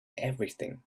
everything